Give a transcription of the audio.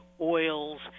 oils